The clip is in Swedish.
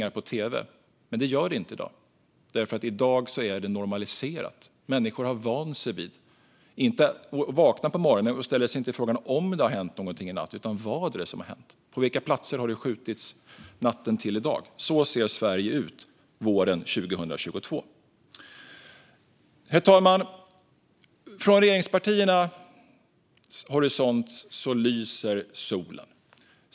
Men de leder inte till det i dag, för i dag är det normaliserat. Människor har vant sig vid detta. Man vaknar på morgonen och ställer sig inte frågan om det har hänt någonting i natt utan vad som har hänt. På vilka platser har det skjutits natten till i dag? Så ser Sverige ut våren 2022. Herr talman! Från regeringspartiernas horisont lyser solen.